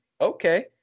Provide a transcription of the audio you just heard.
Okay